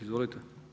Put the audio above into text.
Izvolite.